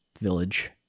village